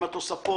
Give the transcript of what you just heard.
עם התוספות,